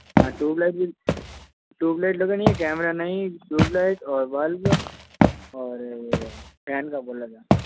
हाँ ट्यूबलाइट भी ट्यूबलाइट लगानी है कैमरा नहीं ट्यूबलाइट और बल्ब और फेन का बोर्ड लगेगा